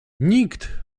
nikt